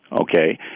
okay